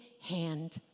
hand